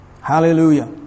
Hallelujah